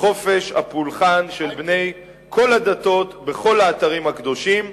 לחופש הפולחן של בני כל הדתות בכל האתרים הקדושים,